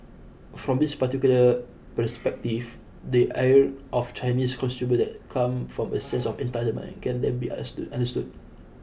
from this particular perspective the ire of Chinese consumers that come from a sense of entitlement can then be understood understood